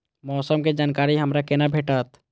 मौसम के जानकारी हमरा केना भेटैत?